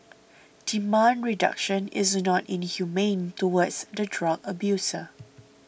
demand reduction is not inhumane towards the drug abuser